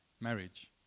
marriage